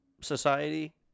society